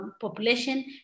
population